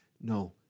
No